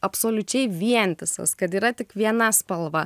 absoliučiai vientisas kad yra tik viena spalva